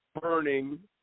burning